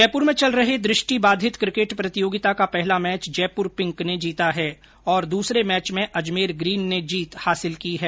जयपुर में चल रहे दृष्टि बाधित क्रिकेट प्रतियोगिता का पहला मैच जयपुर पिंक ने जीता है और दूसरे में अजमेर ग्रीन ने जीत हासिल की है